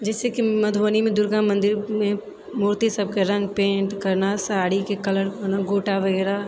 जेनाकि मधुबनीमे दुर्गा मन्दिरमे मूर्ति सबके रङ्ग पेन्ट करना साड़ीके कलर गोटा वगैरह